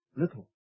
little